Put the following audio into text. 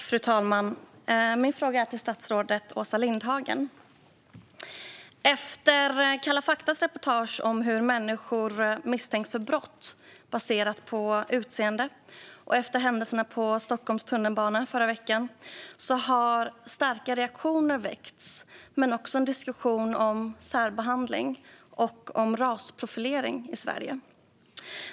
Fru talman! Min fråga går till statsrådet Åsa Lindhagen. Efter reportaget i Kalla fakta om hur människor misstänks för brott baserat på utseende och efter händelserna i Stockholms tunnelbana förra veckan har starka reaktioner kommit, och det har också uppstått en diskussion om särbehandling och om rasprofilering i Sverige.